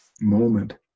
moment